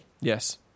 Yes